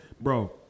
Bro